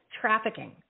trafficking